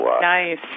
Nice